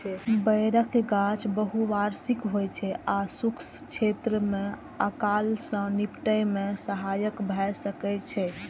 बेरक गाछ बहुवार्षिक होइ छै आ शुष्क क्षेत्र मे अकाल सं निपटै मे सहायक भए सकै छै